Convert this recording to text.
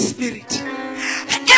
Spirit